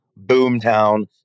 Boomtown